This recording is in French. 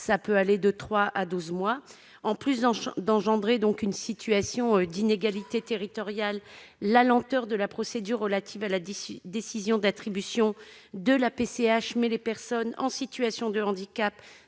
de trois à douze mois. Outre qu'elle engendre une situation d'inégalité territoriale, la lenteur de la procédure relative à la décision d'attribution de la PCH place les personnes en situation de handicap